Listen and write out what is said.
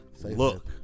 Look